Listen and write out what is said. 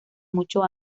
muchos